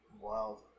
wild